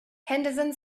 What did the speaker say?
henderson